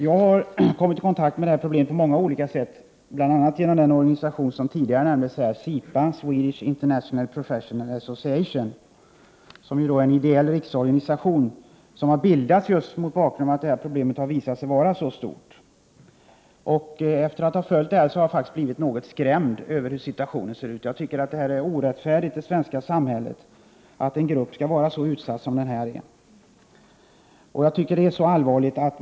Jag har kommit i kontakt med problemet på många olika sätt, bl.a. genom den organisation som tidigare nämnts, nämligen SIPA-Swedish International Professional Association. Detta är en ideell riksorganisation, som har bildats just därför att det visat sig att problemet är så stort. Efter att ha följt det hela har jag faktiskt blivit skrämd över situationen. Det är orimligt att en grupp skall vara så utsatt i det svenska samhället.